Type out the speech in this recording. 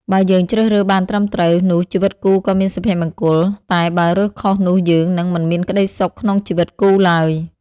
បើយើងជ្រើសរើសបានត្រឹមត្រូវ នោះជីវិតគូក៏មានសុភមង្គល តែបើរើសខុសនោះយើង និងមិនមានក្ដីសុខក្នុងជីវិតគូឡើយ។